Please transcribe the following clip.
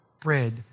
bread